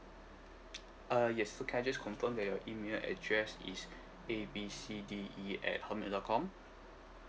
uh yes so can I just confirm that your email address is A B C D E at hotmail dot com